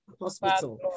Hospital